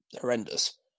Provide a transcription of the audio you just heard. horrendous